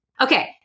Okay